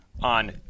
on